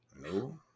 No